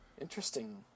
Interesting